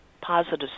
positive